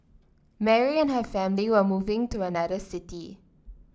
Mary and her family were moving to another city